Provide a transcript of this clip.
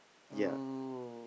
oh